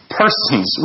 persons